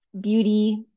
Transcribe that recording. beauty